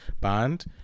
bond